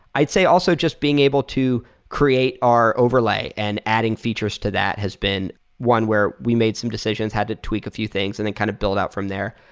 i'd say also just being able to create our overlay and adding features to that has been one where we made some decisions, had to tweak a few things and then kind of build up from there.